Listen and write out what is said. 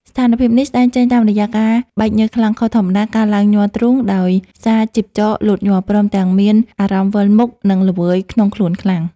ស្ថានភាពនេះស្តែងចេញតាមរយៈការបែកញើសខ្លាំងខុសធម្មតា ការឡើងញ័រទ្រូងដោយសារជីពចរលោតញាប់ ព្រមទាំងមានអារម្មណ៍វិលមុខ និងល្វើយក្នុងខ្លួនខ្លាំង។